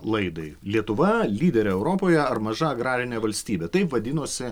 laidai lietuva lyderė europoje ar maža agrarinė valstybė taip vadinosi